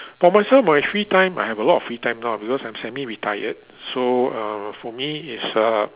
but myself my free time I have a lot of free time now because I'm semi-retired so uh for me it's uh